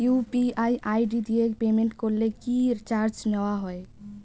UPI ID দিয়ে payment করলে কি চার্জ নেয়া হয়?